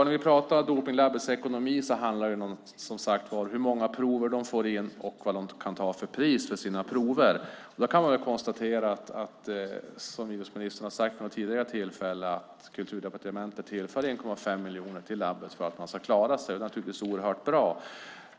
När vi talar om dopningslabbets ekonomi handlar det som sagt var om hur många prov de får in och vilket pris som de kan ta för sina prov. Då kan man konstatera, som idrottsministern har sagt vid något tidigare tillfälle, att Kulturdepartementet tillför en 1,5 miljoner till labbet för att man ska klara sig. Det är naturligtvis oerhört bra.